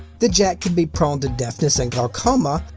the jack can be prone to deafness and glaucoma,